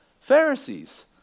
Pharisees